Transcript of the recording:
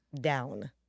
down